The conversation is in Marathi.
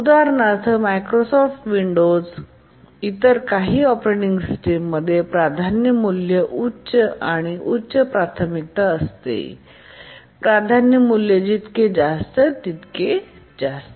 उदाहरणार्थ मायक्रोसॉफ्ट विंडोज आणि इतर काही ऑपरेटिंग सिस्टममध्ये प्राधान्य मूल्य उच्च आणि उच्च प्राथमिकता असते प्राधान्य मूल्य जितके जास्त असते तितके जास्त